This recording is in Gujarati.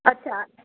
અચ્છા